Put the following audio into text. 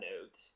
note